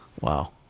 Wow